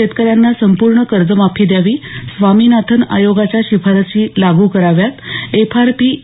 शेतक यांना संपूर्ण कर्जमाफी द्यावी स्वामीनाथन आयोगाच्या शिफारशी लागू कराव्यात एफ आर पी